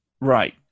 right